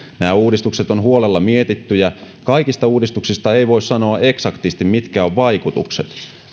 nämä uudistukset ovat huolella mietittyjä kaikista uudistuksista ei voi sanoa eksaktisti mitkä ovat vaikutukset